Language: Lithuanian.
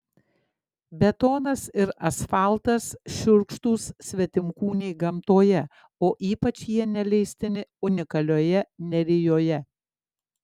betonas ir asfaltas šiurkštūs svetimkūniai gamtoje o ypač jie neleistini unikalioje nerijoje